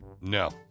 No